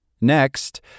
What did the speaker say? Next